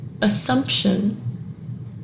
assumption